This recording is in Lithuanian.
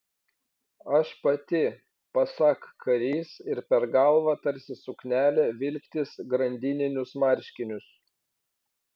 aš pati pasak karys ir per galvą tarsi suknelę vilktis grandininius marškinius